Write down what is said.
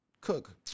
cook